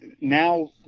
now